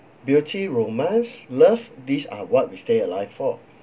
beauty romance love these are what we stay alive for